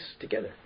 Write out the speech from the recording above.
together